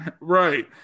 Right